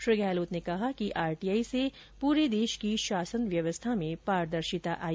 श्री गहलोत ने कहा कि आरटीआई से पूरे देश की शासन व्यवस्था में पारदर्शिता आई